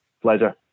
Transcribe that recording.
pleasure